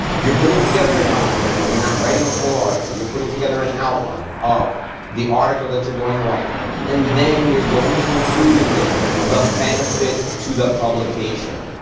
you're putting together an outline. you're not writing a full article. you're putting together an outline of the article that you're going to write and then you're going to include in there the benefit to the publication.